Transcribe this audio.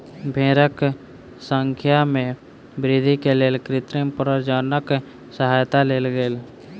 भेड़क संख्या में वृद्धि के लेल कृत्रिम प्रजननक सहयता लेल गेल